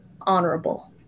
honorable